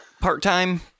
part-time